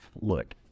Look